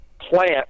plant